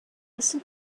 listen